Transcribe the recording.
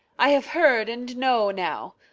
i have heard and know now.